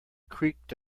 creaked